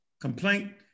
complaint